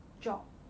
job